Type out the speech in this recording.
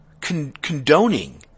condoning